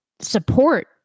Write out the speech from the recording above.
support